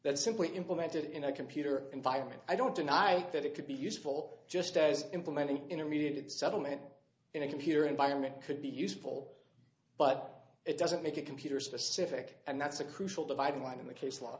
that simply implemented in a computer environment i don't deny that it could be useful just as implementing in a mediated settlement in a computer environment could be useful but it doesn't make it computer specific and that's a crucial dividing line in the case